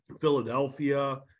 Philadelphia